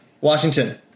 Washington